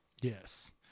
Yes